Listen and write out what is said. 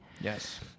Yes